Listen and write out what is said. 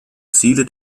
ziele